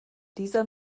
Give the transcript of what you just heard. dieser